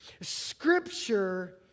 Scripture